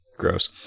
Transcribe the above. gross